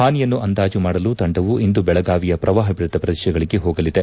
ಹಾನಿಯನ್ನು ಅಂದಾಜು ಮಾಡಲು ತಂಡವು ಇಂದು ಬೆಳಗಾವಿಯ ಪ್ರವಾಹ ಪೀದಿತ ಪ್ರದೇಶಗಳಿಗೆ ಹೋಗಲಿದೆ